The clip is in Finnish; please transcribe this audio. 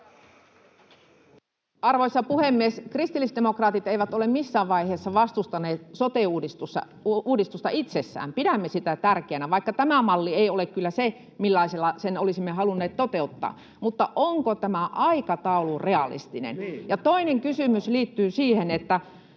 Arvoisa puhemies! Kristillisdemokraatit eivät ole missään vaiheessa vastustaneet sote-uudistusta itsessään. Pidämme sitä tärkeänä, vaikka tämä malli ei ole kyllä se, millaisella olisimme sen halunneet toteuttaa. Mutta onko tämä aikataulu realistinen? Toinen kysymys liittyy siihen, että